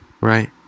right